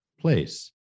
place